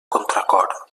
contracor